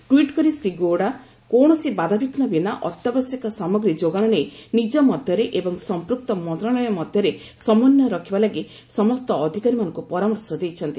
ଟ୍ପିଟ୍ କରି ଶ୍ରୀ ଗୌଡ଼ା କୌଣସି ବାଧାବିଘୁ ବିନା ଅତ୍ୟାବଶ୍ୟକ ସାମଗ୍ରୀ ଯୋଗାଣ ନେଇ ନିଜ ମଧ୍ୟରେ ଏବଂ ସଂପୃକ୍ତ ମନ୍ତ୍ରଣାଳୟ ମଧ୍ୟରେ ସମନ୍ୱୟ ରଖିବା ଲାଗି ସମସ୍ତ ଅଧିକାରୀମାନଙ୍କୁ ପରାମର୍ଶ ଦେଇଛନ୍ତି